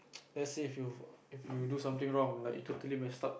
let's say if you do something wrong like totally messed up